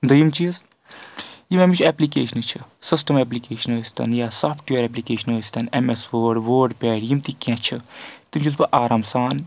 دوٚیِم چیٖز یِم اَمِچ ایٚپلِکیشنہٕ چھِ سِسٹَم ایٚپلِکیشنہٕ ٲسۍ تَن یا سافٹویر ایٚپلِکیشنہٕ ٲسۍ تَن M S word WordPad یِم تہِ کینٛہہ چھِ تِم چھِس بہٕ آرام سان